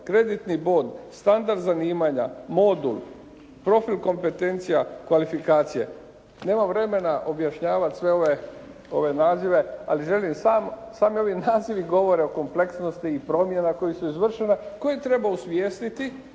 kreditni bod, standard zanimanja, modul, profil kompetencija kvalifikacije. Nemam vremena objašnjavati sve ove nazive, ali želim, sami ovi nazivi govore o kompleksnosti i promjena koje su izvršene, koje treba osvijestiti